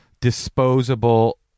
disposable